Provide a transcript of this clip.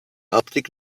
optic